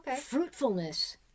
Fruitfulness